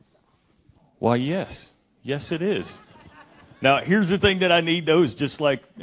why yes yes it is now here's the thing that i need those just like